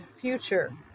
future